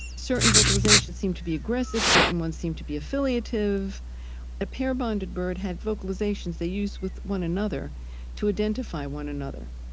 certain vocalization seem to be aggressive, certain ones seem to be affiliative a pair-bonded bird had specific vocalizations they use with one another to identify one another